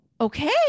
okay